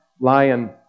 lion